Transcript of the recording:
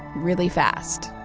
really fast.